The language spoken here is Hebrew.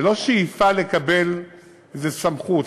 זו לא שאיפה לקבל איזו סמכות,